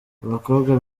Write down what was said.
abakobwa